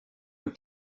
were